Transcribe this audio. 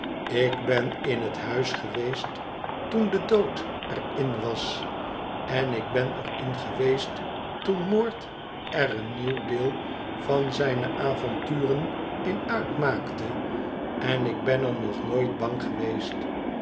ik ben in het huis geweest toen de dood er in was en ik ben er in geweest toen moord er een nieuw deel van zijne avonturen in uitmaakte en ik ben er nog nooit bang geweest